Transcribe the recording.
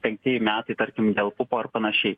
penktieji metai tarkim dėl pupo ir panašiai